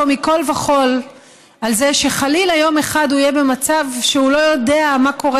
מכול וכול על זה שחלילה יום אחד הוא יהיה במצב שהוא לא יודע מה קורה